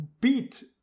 beat